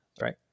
right